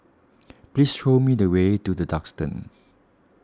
please show me the way to the Duxton